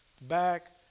back